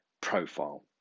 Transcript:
profile